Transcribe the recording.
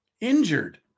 injured